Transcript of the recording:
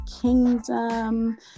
Kingdom